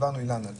אילנה,